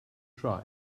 try